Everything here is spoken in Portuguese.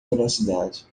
velocidade